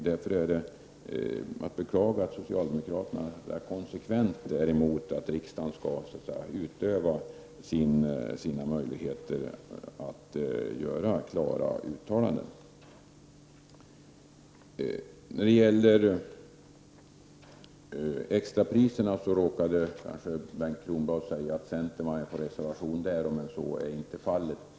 Därför är det att beklaga att socialdemokraterna är konsekventa motståndare till att riksdagen skall använda sina möjligheter att göra uttalanden. När det gäller extrapriserna råkade Bengt Kronblad säga att centern stöder en reservation i den frågan, men så är inte fallet.